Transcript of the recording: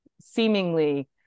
seemingly